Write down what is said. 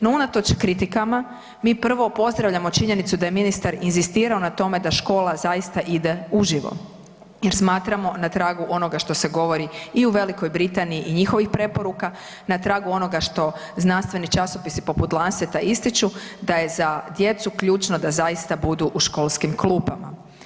No, unatoč kritikama, mi prvo pozdravljamo činjenicu da je ministar inzistirao na tome da škola zaista ide uživo, jer smatramo, na tragu onoga što se govori i u Velikoj Britaniji i njihovih preporuka, na tragu onoga što znanstveni časopisi poput Lanceta ističu, da je za djecu ključno da zaista budu u školskim klupama.